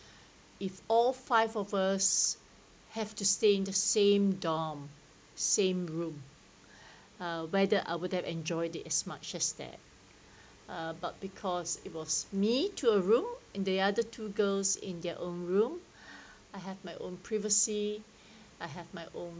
if all five of us have to stay in the same dorm same room uh whether I would have enjoyed it as much as that uh but because it was me to a room and the other two girls in their own room I had my own privacy I have my own